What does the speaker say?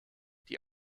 die